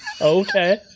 okay